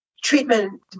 Treatment